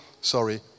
sorry